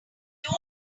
ever